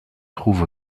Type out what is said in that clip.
trouve